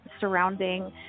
surrounding